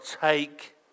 take